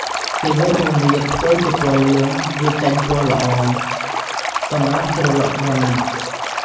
គេយករមៀត ធ្វើជាពណ៌លឿង វាចេញពណ៌ល្អ សម្រាប់ជ្រលក់ក្រណាត់។